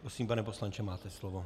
Prosím, pane poslanče, máte slovo.